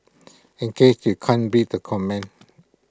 in case you can't read the comment